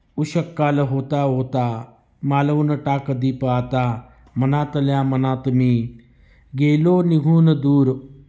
उषःकाल होता होता मालवून टाक दीप आता मनातल्या मनात मी गेलो निघून दूर